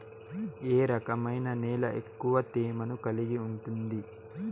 ఏ రకమైన నేల ఎక్కువ తేమను కలిగి ఉంటుంది?